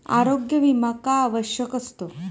आरोग्य विमा का आवश्यक असतो?